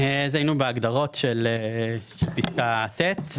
היינו בהגדרות של פסקה (ט).